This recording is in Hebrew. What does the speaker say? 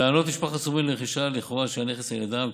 טענות משפחת סומרין לרכישה לכאורה של הנכס על ידם,